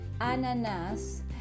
ananas